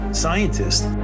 scientists